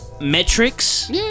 metrics